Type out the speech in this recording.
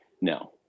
no